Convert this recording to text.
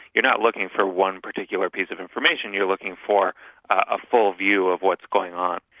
you're not looking for one particular piece of information, you're looking for a full view of what's going on.